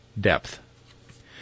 depth